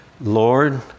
Lord